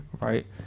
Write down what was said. right